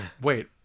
Wait